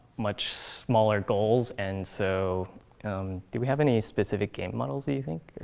much smaller goals. and so did we have any specific game models, do you think?